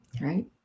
right